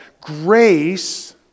Grace